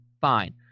fine